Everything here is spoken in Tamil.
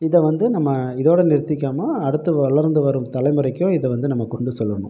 இதை வந்து நம்ம இதோடய நிறுத்திக்காமல் அடுத்து வளர்ந்து வரும் தலைமுறைக்கும் இதை வந்து நம்ம கொண்டு செல்லணும்